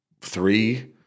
three